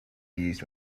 used